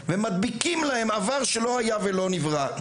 ומדביקים להם עבר שלא היה ולא נברא.